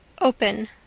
Open